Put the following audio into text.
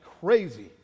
crazy